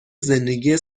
زندگی